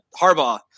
Harbaugh